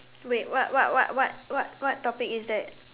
wait what what what what what what topic is that